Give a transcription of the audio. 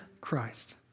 Christ